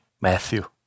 Matthew